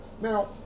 Now